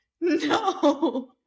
No